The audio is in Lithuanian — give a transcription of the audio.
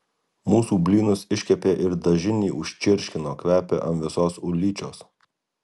mūsų blynus iškepė ir dažinį užčirškino kvepia ant visos ulyčios